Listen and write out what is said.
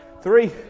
Three